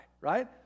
right